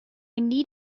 need